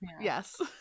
yes